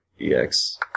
EX